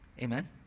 Amen